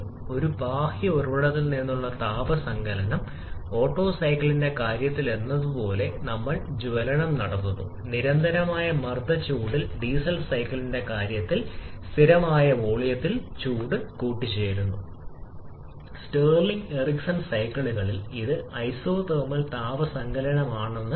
ഇപ്പോൾ നമ്മൾ ഉയർന്ന താപനിലയിലേക്ക് പോകുക തുടർന്ന് സിപി ക്വാഡ്രാറ്റിക് ഫംഗ്ഷനായി മാറുന്നു ഇതിന്റെ രൂപത്തിൽ CP a b1T b2T2 അതുപോലെ തന്നെ Cv ā b1T b2T2 താപനില 1500 കെയിൽ കൂടുതലാകുമ്പോൾ ഇത് സംഭവിക്കുന്നു ഇത് ഐസിയുടെ കാര്യത്തിൽ സാധാരണമാണ് എഞ്ചിനുകൾ